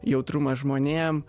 jautrumas žmonėm